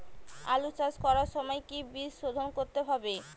আলু চাষ করার সময় কি বীজ শোধন করতে হবে?